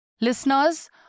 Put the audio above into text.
Listeners